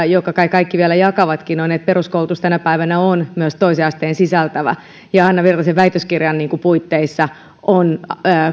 kaikki vielä jakavatkin on että peruskoulutus tänä päivänä on myös toisen asteen sisältävä ja hanna virtasen väitöskirjan puitteissa on